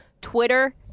Twitter